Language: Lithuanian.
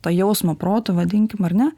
to jausmo proto vadinkim ar ne